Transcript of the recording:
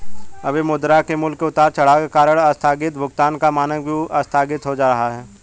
अभी मुद्रा के मूल्य के उतार चढ़ाव के कारण आस्थगित भुगतान का मानक भी आस्थगित हो रहा है